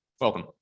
Welcome